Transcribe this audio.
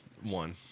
One